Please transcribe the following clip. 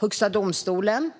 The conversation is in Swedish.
Högsta domstolen